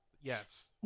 yes